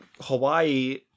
Hawaii